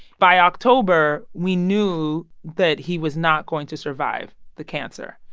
by october, we knew that he was not going to survive the cancer.